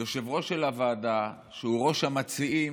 יושב-ראש הוועדה, שהוא ראש המציעים,